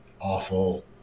awful